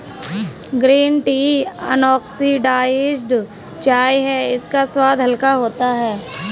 green tea antioxidised चाय है इसका स्वाद हल्का होता है